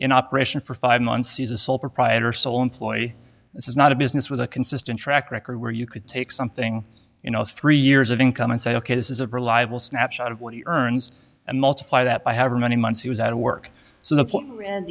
in operation for five months is a sole proprietor sole employee this is not a business with a consistent track record where you could take something you know three years of income and say ok this is a reliable snapshot of what he earns and multiply that by however many months he was out of work so the